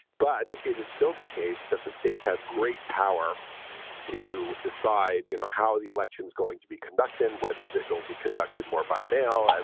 but it is still the case that the states have great power to decide, you know, how the election is going to be conducted and whether it will be conducted more by mail. and